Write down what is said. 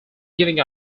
giving